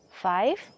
Five